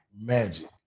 Magic